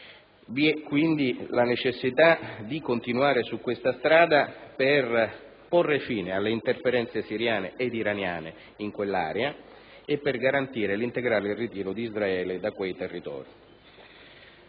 È quindi necessario continuare su questa strada per porre fine alle interferenze siriane ed iraniane in quell'area e per garantire l'integrale ritiro di Israele da quei territori.